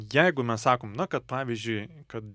jeigu mes sakom na kad pavyzdžiui kad